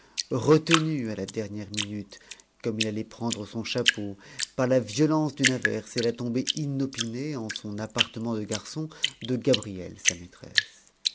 retenu à la dernière minute comme il allait prendre son chapeau par la violence d'une averse et la tombée inopinée en son appartement de garçon de gabrielle sa maîtresse